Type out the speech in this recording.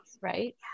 right